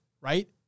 right